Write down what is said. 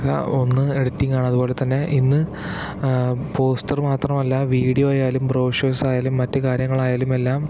ഒന്ന് എഡിറ്റിംഗ് ആണ് അതുപോലെത്തന്നെ ഇന്ന് പോസ്റ്റർ മാത്രമല്ല വീഡിയോ ആയാലും ബ്രോഷേർസ് ആയാലും മറ്റു കാര്യങ്ങളായാലും എല്ലാം